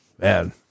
Man